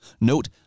Note